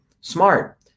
smart